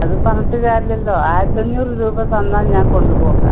അത് പറഞ്ഞിട്ട് കാര്യമില്ലല്ലോ ആയിരത്തഞ്ഞൂറ് രൂപ തന്നാൽ ഞാൻ കൊണ്ട് പോകാം